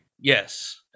Yes